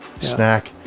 Snack